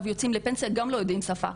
הם יוצאים לפנסיה כשהם גם לא יודעים שפה,